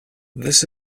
this